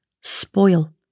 spoil